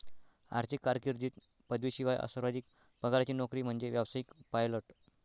आर्थिक कारकीर्दीत पदवीशिवाय सर्वाधिक पगाराची नोकरी म्हणजे व्यावसायिक पायलट